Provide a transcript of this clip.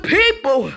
people